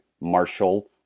Marshall